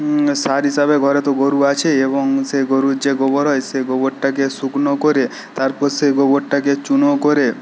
সার হিসাবে ঘরে তো গরু আছেই এবং সে গরুর যে গোবর হয় সে গোবরটাকে শুকনো করে তারপর সে গোবরটাকে চুনো করে